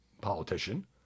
politician